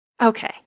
Okay